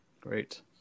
Great